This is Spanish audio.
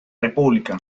república